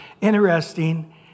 Interesting